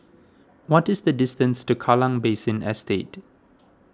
what is the distance to Kallang Basin Estate